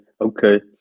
okay